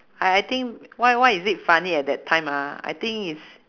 I I think why why is it funny at that time ah I think is